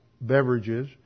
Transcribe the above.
beverages